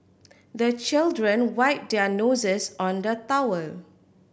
the children wipe their noses on the towel